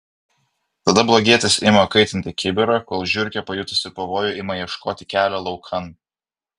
tada blogietis ima kaitinti kibirą kol žiurkė pajutusi pavojų ima ieškoti kelio laukan